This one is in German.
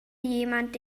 jemand